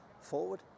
forward